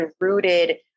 rooted